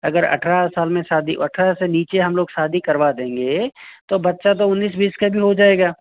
अगर अठारह साल में शादी और अठारह से नीचे हम लोग शादी करवा देंगे तब बच्चा तो उन्नीस बीस का भी हो जाएगा